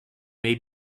may